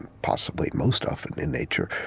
possibly most often, in nature.